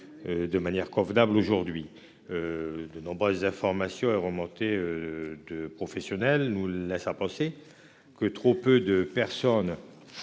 de manière convenable aujourd'hui. De nombreuses informations communiquées par les professionnels nous laissent penser que trop peu de personnes